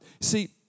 See